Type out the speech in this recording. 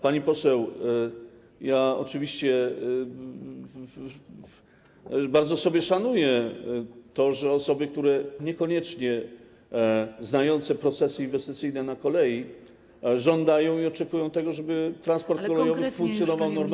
Pani poseł, ja oczywiście bardzo sobie szanuję to, że osoby, które niekoniecznie znają procesy inwestycyjne na kolei, żądają i oczekują tego, żeby transport kolejowy funkcjonował normalnie.